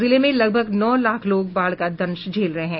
जिले में लगभग नौ लाख लोग बाढ़ का दंश झेल रहे हैं